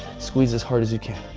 squeeze as hard as you can.